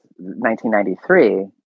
1993